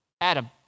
Adam